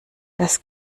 das